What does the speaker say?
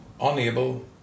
unable